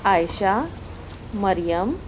عائشہ مریم